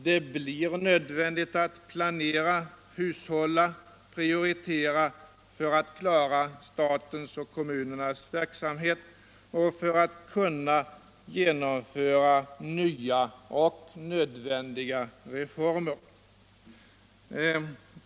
Det blir nödvändigt att planera, hushålla och prioritera för att klara statens och kommunernas verksamhet och för att kunna genomföra nya och nödvändiga reformer.